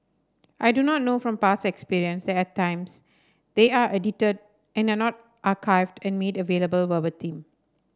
I do not know from past experience that at times they are edited and are not archived and made available verbatim